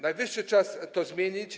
Najwyższy czas to zmienić.